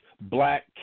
black